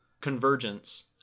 convergence